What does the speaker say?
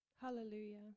Hallelujah